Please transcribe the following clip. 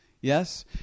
yes